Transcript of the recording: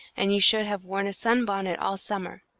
and you should have worn sunbonnets all summer.